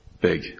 big